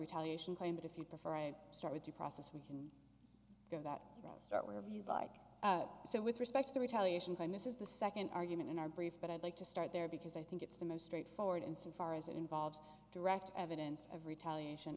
retaliation claim that if you prefer i start with the process we can go that route start wherever you like so with respect to retaliation i miss is the second argument in our brief but i'd like to start there because i think it's the most straightforward insofar as it involves direct evidence of retaliation